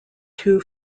two